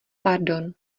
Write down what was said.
pardon